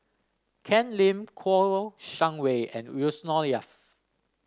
Ken Lim Kouo Shang Wei and Yusnor Ef